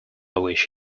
wish